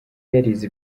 yarize